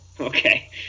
Okay